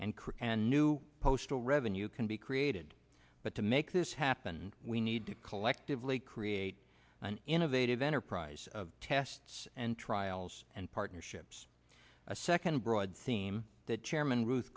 crew and new postal revenue can be created but to make this happen we need to collectively create an innovative enterprise of tests and trials and partnerships a second broad theme that chairman ruth